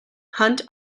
hunt